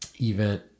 event